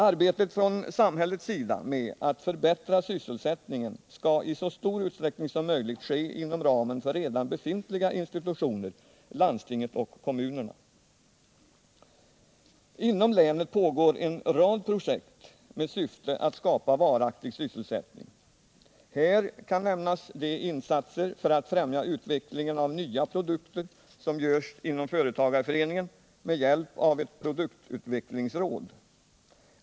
Arbetet från samhällets sida med att förbättra sysselsättningen skall i så stor utsträckning som möjligt ske inom ramen för redan befintliga institutioner, landsting och kommuner. Inom länet pågår en rad projekt med syfte att skapa varaktig sysselsättning. Här kan nämnas de insatser för att främja utvecklingen av nya produkter som görs inom företagareföreningen med hjälp av ett produktutvecklingsråd.